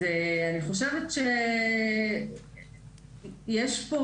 אז אני חושבת שיש פה,